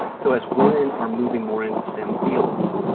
so as women are moving more into stem fields,